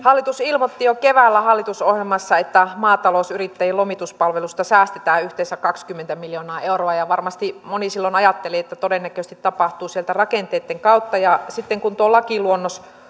hallitus ilmoitti jo keväällä hallitusohjelmassa että maatalousyrittäjien lomituspalveluista säästetään yhteensä kaksikymmentä miljoonaa euroa ja varmasti moni silloin ajatteli että todennäköisesti se tapahtuu sieltä rakenteitten kautta sitten kun tuo lakiluonnos